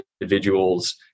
individuals